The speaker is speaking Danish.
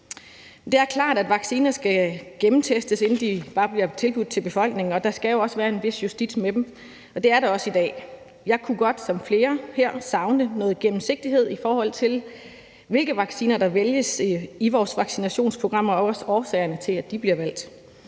det er klart, at vacciner skal gennemtestes, inden de bare bliver tilbudt til befolkningen, og at der jo også skal være en vis justits med dem, og det er der også i dag. Jeg kunne ligesom flere andre her også godt savne noget gennemsigtighed, i forhold til hvilke vacciner der vælges i vores vaccinationsprogrammer og også årsagerne til, at de bliver valgt.